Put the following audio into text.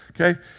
Okay